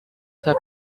have